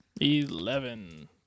Eleven